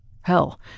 Hell